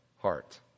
Heart